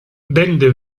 vende